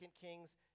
Kings